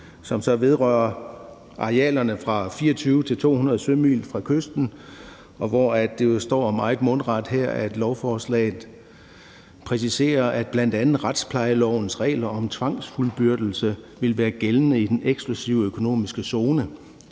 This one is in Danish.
som så vedrører arealerne fra 24 til 200 sømil fra kysten. Det står jo meget mundret her, at lovforslaget præciserer, at bl.a. retsplejelovens regler om tvangsfuldbyrdelse vil være gældende i den eksklusive økonomiske zone.